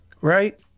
right